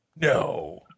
No